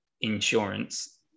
insurance